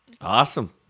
Awesome